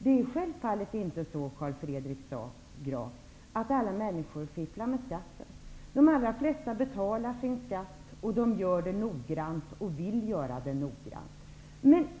Det är självfallet inte så, Carl Fredrik Graf, att alla människor fifflar med skatten. De allra flesta betalar sin skatt. De betalar skatten noggrant och vill betala den noggrant.